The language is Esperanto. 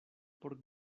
por